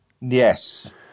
Yes